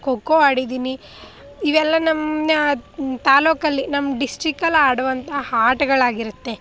ಖೋಖೋ ಆಡಿದ್ದೀನಿ ಇದೆಲ್ಲ ನಮ್ಮ ತಾಲ್ಲೂಕಲ್ಲಿ ನಮ್ಮ ಡಿಸ್ಟಿಕ್ಕಲ್ಲಿ ಆಡುವಂಥ ಆಟಗಳಾಗಿರುತ್ತೆ